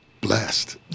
blessed